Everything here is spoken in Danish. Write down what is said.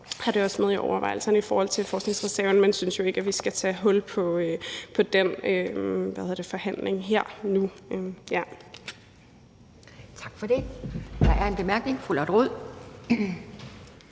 har det også med i overvejelserne i forhold til forskningsreserven, men synes jo ikke, at vi her skal tage hul på den forhandling nu. Kl. 12:51 Anden næstformand